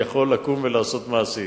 יכול לקום ולעשות מעשים.